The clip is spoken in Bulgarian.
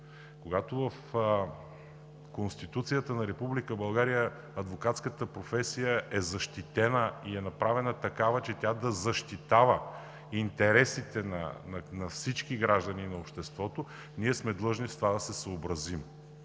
когато в Конституцията на Република България адвокатската професия е защитена и е направена такава, че да защитава интересите на всички граждани на обществото, ние сме длъжни с това да се съобразим.